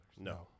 No